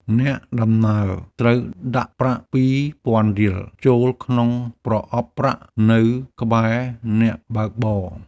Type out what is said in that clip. អ្នកដំណើរត្រូវដាក់ប្រាក់ ២០០០ រៀល ចូលក្នុងប្រអប់ប្រាក់នៅក្បែរអ្នកបើកបរ។